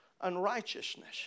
unrighteousness